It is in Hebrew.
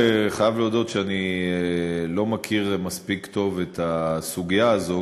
חייב להודות שאני לא מכיר מספיק טוב את הסוגיה הזו,